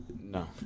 No